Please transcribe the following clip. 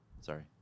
Sorry